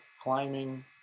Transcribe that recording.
climbing